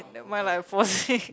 eh never mind like forcing